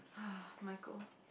Micheal